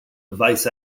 vice